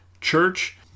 church